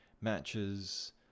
matches